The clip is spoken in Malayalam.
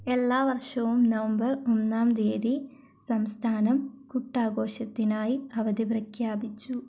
എല്ലാ വർഷവും നവംബർ ഒന്നാം തിയ്യതി സംസ്ഥാനം കൂട്ട് ആഘോഷത്തിനായി അവധി പ്രഖ്യാപിച്ചു